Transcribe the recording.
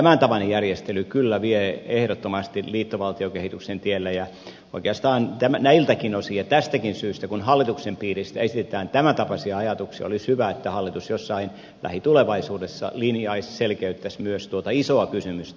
tämäntapainen järjestely kyllä vie ehdottomasti liittovaltiokehityksen tielle ja oikeastaan näiltäkin osin ja tästäkin syystä kun hallituksen piiristä esitetään tämäntapaisia ajatuksia olisi hyvä että hallitus jossain lähitulevaisuudessa linjaisi selkeyttäisi myös tuota isoa kysymystä